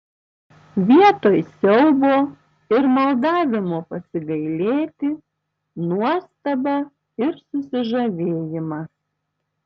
vietoj siaubo ir maldavimo pasigailėti nuostaba ir susižavėjimas